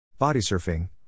Bodysurfing